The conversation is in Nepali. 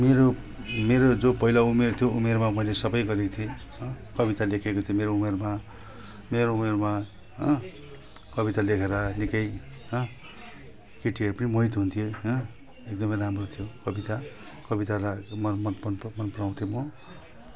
मेरो मेरो जो पहिलो जो उमेर थियो उमेरमा मैले सबै गरेको थिएँ कविता लेखेको थिएँ मेरो उमेरमा मेरो उमेरमा कविता लेखेर निकै केटीहरू पनि मोहित हुन्थे एकदमै राम्रो थियो कविता कवितालाई मन मनपराउँथेँ म